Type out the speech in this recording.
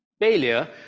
Failure